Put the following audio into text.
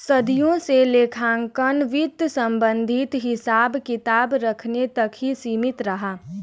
सदियों से लेखांकन वित्त संबंधित हिसाब किताब रखने तक ही सीमित रहा